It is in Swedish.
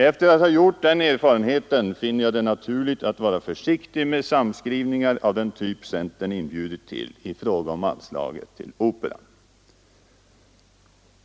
Efter att ha gjort den erfarenheten finner jag det naturligt att vara försiktig med samskrivningar av den typ som centern har inbjudit till i fråga om anslaget till Operan.